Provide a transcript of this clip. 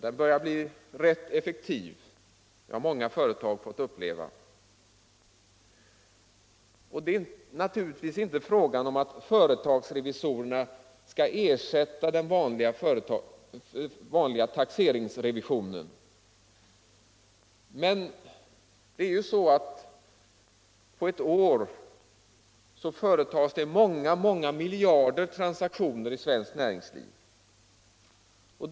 Den börjar bli rätt effektiv, det har många företag fått uppleva. Och det är naturligtvis inte fråga om att företagsrevisorerna skall ersätta den vanliga taxeringsrevisionen. Men på ett år företas många många miljarder transaktioner i svenskt näringsliv.